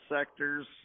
sectors